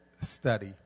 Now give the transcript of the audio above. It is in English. study